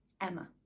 Emma